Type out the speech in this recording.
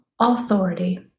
authority